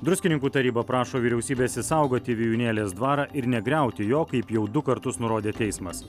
druskininkų taryba prašo vyriausybės išsaugoti vijūnėlės dvarą ir negriauti jo kaip jau du kartus nurodė teismas